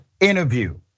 interview